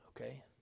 okay